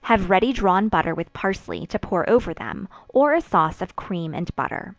have ready drawn butter with parsley, to pour over them, or a sauce of cream and butter.